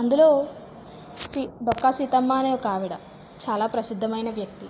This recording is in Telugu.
అందులో శ్రీ డొక్కా సీతమ్మ అనే ఒక ఆవిడ చాలా ప్రసిద్ధమైన వ్యక్తి